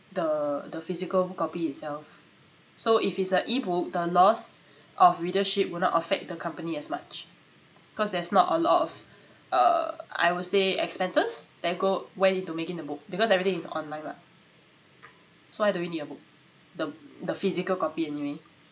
the the physical copy itself so if it's a e-book the loss of readership would not affect the company as much cause there's not a lot of uh I would say expenses that go went into making the book because everything is online what so why do we need a book the physical copy anyway